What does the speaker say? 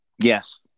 Yes